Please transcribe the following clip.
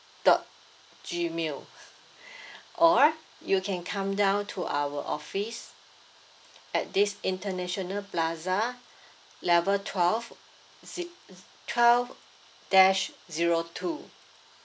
dot G mail or you can come down to our office at this international plaza level twelve ze~ twelve dash zero two